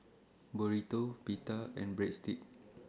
Burrito Pita and Breadsticks